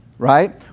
Right